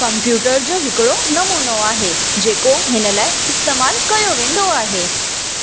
computer जो हिकिड़ो नमूनों आहे जेको हिन लाइ इस्तेमालु कयो वेंदो आहे